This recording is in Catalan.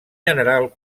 general